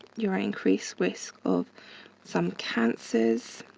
you're increased risk of some cancers,